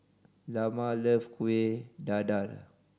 Lamar love Kuih Dadar